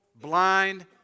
blind